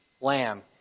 lamb